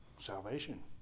Salvation